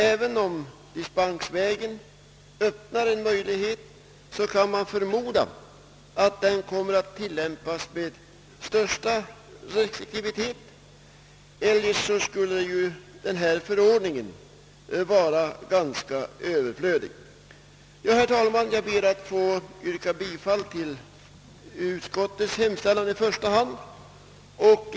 Även om dispensvägen öppnar vissa möjligheter, kan man förmoda att dispensgivningen kommer att tillämpas med största restriktivitet — eljest skulle ju den förordning det här gäller vara ganska överflödig. Herr talman! Jag ber att i första hand få yrka bifall till utskottets hemställan.